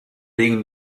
being